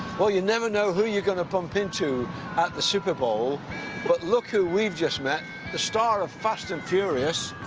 well you never know who you are going to bump into at the super bowl but look who we just met, the star of fast and furious,